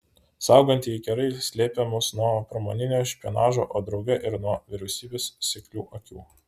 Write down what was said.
saugantieji kerai slėpė mus nuo pramoninio špionažo o drauge ir nuo vyriausybės seklių akių